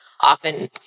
often